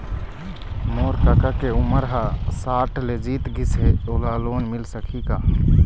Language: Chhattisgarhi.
मोर कका के उमर ह साठ ले जीत गिस हे, ओला लोन मिल सकही का?